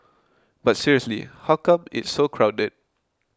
but seriously how come it's so crowded